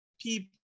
people